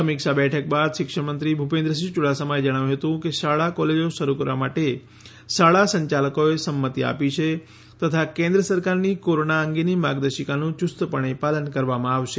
સમીક્ષા બેઠક બાદ શિક્ષણમંત્રી ભૂપેન્દ્રસિંહ યુડાસમાએ જણાવ્યું હતું કે શાળા કોલેજો શરૂ કરવા માટે શાળા સંચાલકોએ સંમતી આપી છે તથા કેન્દ્ર સરકારની કોરોના અંગેની માર્ગદર્શિકાનું યુસ્તપણે પાલન કરવામાં આવશે